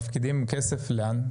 מפקידים כסף לאן?